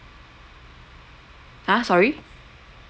!huh! sorry